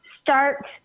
start